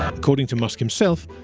according to musk himself,